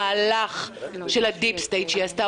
המהלך של ה"דיפ-סטייט" שהיא עשתה,